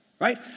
right